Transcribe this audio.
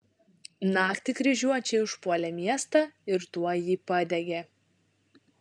naktį kryžiuočiai užpuolė miestą ir tuoj jį padegė